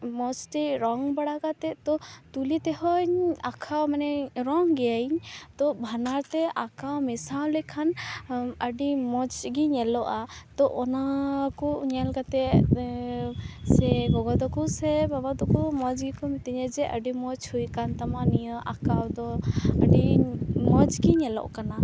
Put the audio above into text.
ᱢᱚᱡᱽ ᱛᱮ ᱨᱚᱝ ᱵᱟᱲᱟ ᱠᱟᱛᱮ ᱛᱚ ᱛᱩᱞᱤ ᱛᱮᱦᱚᱧ ᱟᱸᱠᱷᱟᱣ ᱢᱟᱱᱮ ᱨᱚᱝ ᱜᱮᱭᱟᱹᱧ ᱛᱚ ᱵᱷᱟᱱᱟᱨ ᱛᱮ ᱟᱸᱠᱟᱣ ᱢᱮᱥᱟ ᱞᱮᱠᱷᱟᱱ ᱟᱹᱰᱤ ᱢᱚ ᱜᱮ ᱧᱮᱞᱚᱜᱼᱟ ᱛᱚ ᱚᱱᱟ ᱠᱚ ᱧᱮᱞ ᱠᱟᱛᱮ ᱥᱮ ᱜᱚᱜᱚ ᱛᱟᱠᱚ ᱥᱮ ᱵᱟᱵᱟ ᱛᱟᱠᱚ ᱢᱚᱡᱽ ᱜᱮᱠᱚ ᱢᱤᱛᱟᱹᱧᱟ ᱡᱮ ᱟᱹᱰᱤ ᱢᱚᱡᱽ ᱦᱩᱭᱟᱠᱟᱱ ᱛᱟᱢᱟ ᱱᱤᱭᱟᱹ ᱟᱸᱠᱟᱣ ᱫᱚ ᱟᱹᱰᱤ ᱢᱚᱡᱽ ᱜᱮ ᱧᱮᱞᱚᱜ ᱠᱟᱱᱟ